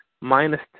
minus